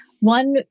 one